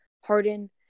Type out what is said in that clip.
Harden